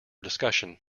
discussion